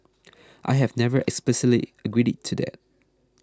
I have never explicitly agreed to that